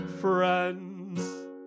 friends